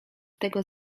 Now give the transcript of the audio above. tego